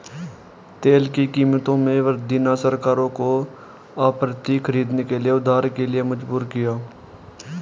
तेल की कीमतों में वृद्धि ने सरकारों को आपूर्ति खरीदने के लिए उधार के लिए मजबूर किया